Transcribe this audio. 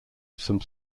some